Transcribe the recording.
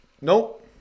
Nope